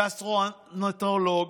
גסטרואנטרולוג,